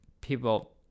people